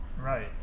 Right